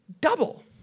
double